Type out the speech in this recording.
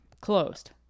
closed